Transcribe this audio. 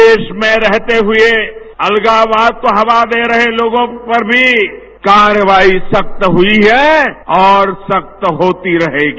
देश में रहते हुए अलगावाद को हवा दे रहे लोगों पर भी कार्रवाई सख्त हुई है और सख्त होती रहेगी